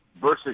versus